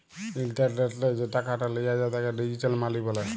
ইলটারলেটলে যে টাকাট লিয়া যায় তাকে ডিজিটাল মালি ব্যলে